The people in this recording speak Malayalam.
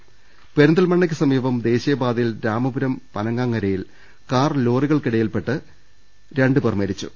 ദർവ്വെട്ടറ പെരിന്തൽമണ്ണക്ക് സമീപം ദേശീയപാതയിൽ രാമപുരം പനങ്ങാങ്ങര യിൽ കാർ ലോറികൾക്കിടയിൽ അകപ്പെട്ട് രണ്ടുപേർ മരിച്ചു